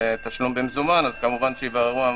הדרום, כמובן שלב כולנו עם תושבי הדרום.